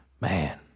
Man